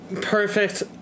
perfect